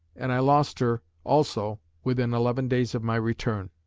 and i lost her also within eleven days of my return.